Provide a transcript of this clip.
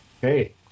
Hey